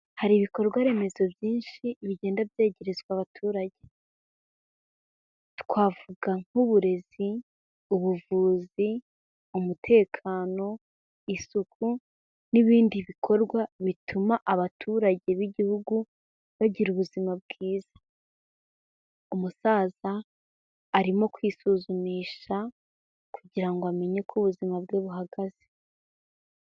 Hari ibikorwaremezo byinshi bigenda byegerezwa abaturage. Twavuga nk'uburezi, ubuvuzi, umutekano, isuku, n'ibindi bikorwa bituma abaturage b'igihugu bagira ubuzima bwiza. Umusaza arimo kwisuzumisha kugira ngo amenye uko ubuzima bwe buhagaze.